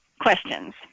questions